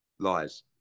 Lies